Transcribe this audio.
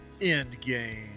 Endgame